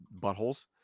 buttholes